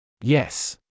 Yes